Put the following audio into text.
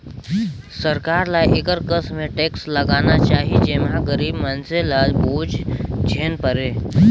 सरकार ल एकर कस में टेक्स लगाना चाही जेम्हां गरीब मइनसे ल बोझ झेइन परे